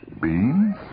beans